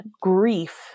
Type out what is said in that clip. grief